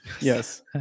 Yes